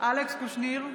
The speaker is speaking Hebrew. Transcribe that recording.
אלכס קושניר,